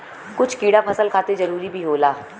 कुछ कीड़ा फसल खातिर जरूरी भी होला